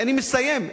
אני מסיים,